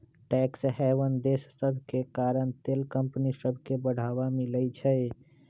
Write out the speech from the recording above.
tax haven देश सभके कारण तेल कंपनि सभके बढ़वा मिलइ छै